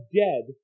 dead